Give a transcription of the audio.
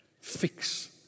fix